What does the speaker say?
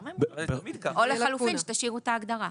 או לחילופין שתשאירו את ההגדרה,